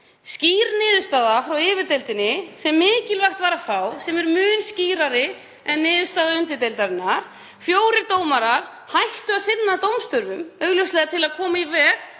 skýr niðurstaða sem fékkst frá yfirdeildinni sem mikilvægt var að fá, sem er mun skýrari en niðurstaða undirdeildarinnar. Fjórir dómarar hættu að sinna dómstörfum, augljóslega til að koma í veg